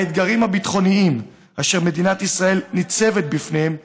האתגרים הביטחוניים אשר מדינת ישראל ניצבת בפניהם,